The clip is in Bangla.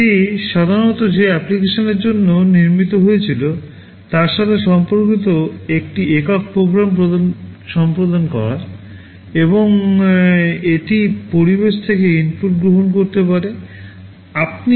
এটি সাধারণত যে অ্যাপ্লিকেশনের জন্য নির্মিত হয়েছিল তার সাথে সম্পর্কিত একটি একক প্রোগ্রাম সম্পাদন করে এবং এটি পরিবেশ থেকে ইনপুট গ্রহণ করতে পারে